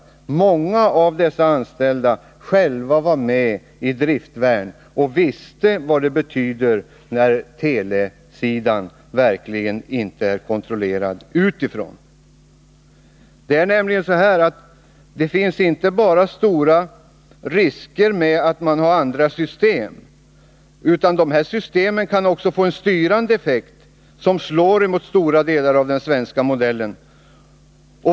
Många av de anställda är med i driftvärnet och vet vad det betyder att teleförbindelserna inte är kontrollerade utifrån. Det är nämligen inte bara stora risker med att man har andra system, utan systemen kan också få en styrande effekt som slår mot stora delar av den svenska modellen.